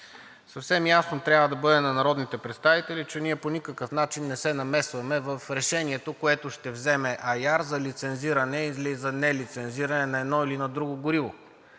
Съвсем ясно трябва да бъде на народните представители, че ние по никакъв начин не се намесваме в решението, което ще вземе АЯР за лицензиране или за нелицензиране на едно или на друго гориво.